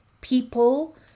people